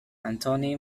antoni